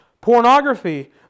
Pornography